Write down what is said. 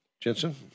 Jensen